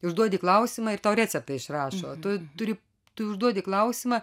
užduodi klausimą ir tau receptą išrašo tu turi tu užduodi klausimą